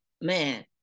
man